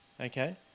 Okay